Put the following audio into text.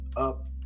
up